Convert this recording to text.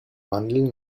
mandeln